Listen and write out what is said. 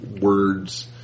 words